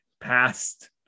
past